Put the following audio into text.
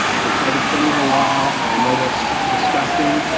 it looks like it's been there a while, and i know that's disgusting,